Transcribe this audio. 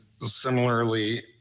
similarly